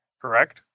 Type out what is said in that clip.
correct